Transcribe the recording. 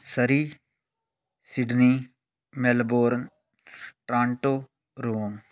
Surrey Sydney Melbourne Toronto Rome